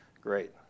Great